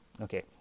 Okay